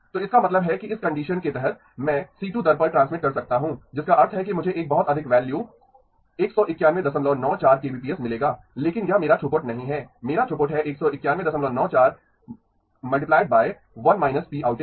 तो इसका मतलब है कि इस कंडीशन के तहत मैं C2 दर पर ट्रांसमिट कर सकता हूं जिसका अर्थ है कि मुझे एक बहुत अधिक वैल्यू 19194 kbps मिलेगा लेकिन यह मेरा थ्रूपुट नहीं है मेरा थ्रूपुट है 19194 × 1 P आउटेज